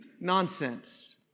nonsense